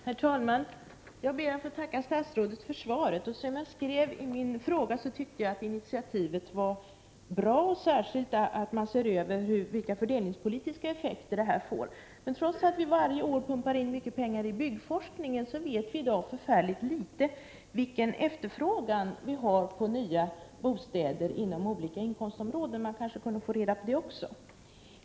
Herr talman! Jag ber att få tacka statsrådet för svaret. Som jag skrev i min fråga tycker jag att initiativet var bra, särskilt därför att man ser över de fördelningspolitiska effekterna. Trots att vi varje år pumpar in mycket pengar i byggforskningen vet vi i dag oerhört litet om efterfrågan på nya bostäder i de olika inkomstlägena. Man kunde kanske få reda på det också.